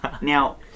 Now